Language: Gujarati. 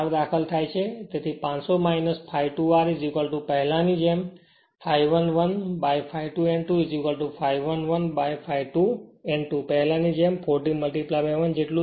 તેથી 500 ∅2 r પહેલા ની જેમ 5 1 1 by ∅2 n2 ∅1 1 by ∅2 n2 પહેલા ની જેમ 40 1 જેટલું જ છે